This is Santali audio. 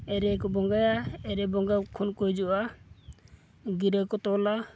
ᱮᱨᱮᱠᱚ ᱵᱚᱸᱜᱟᱭᱟ ᱮᱨᱮ ᱵᱚᱸᱜᱟ ᱠᱷᱚᱱᱠᱚ ᱦᱤᱡᱩᱜᱼᱟ ᱜᱤᱨᱟᱹᱠᱚ ᱛᱚᱞᱟ